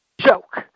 Joke